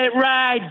ride